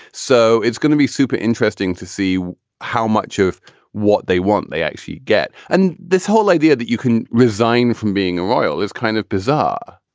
so it's going to be super interesting to see how much of what they want they actually get. and this whole idea that you can resign from being a royal is kind of bizarre,